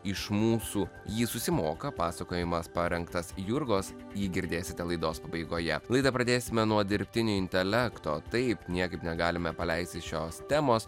iš mūsų jį susimoka pasakojimas parengtas jurgos jį girdėsite laidos pabaigoje laidą pradėsime nuo dirbtinio intelekto taip niekaip negalime paleisti šios temos